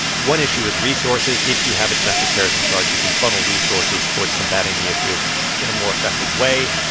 one issue is resources. if you have a domestic terrorism charge, you can funnel resources towards combating the issue in a more effective way.